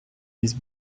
his